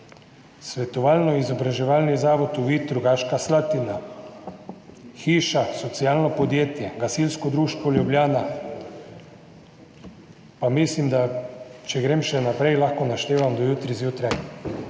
svetovalno-izobraževalni zavod Uvid Rogaška Slatina, socialno podjetje Hiša!, Gasilsko društvo Ljubljana. Mislim, da če grem še naprej, lahko naštevam do jutri zjutraj.